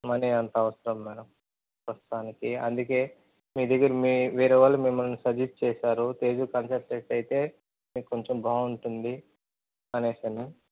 money అంత అవసరం madam ప్రస్తుతానికి అందుకే మీ దగ్గర మీ వేరే వాళ్ళు మిమ్మల్ని సజెస్ట్ చేశారు తేజు కన్సల్టెంట్స్ అయితే కొంచెం బాగుంటుంది అనేసి అని